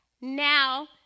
now